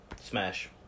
Smash